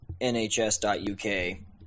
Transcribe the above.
nhs.uk